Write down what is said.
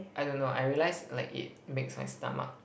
I don't know I realise like it makes my stomach